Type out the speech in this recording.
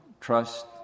trust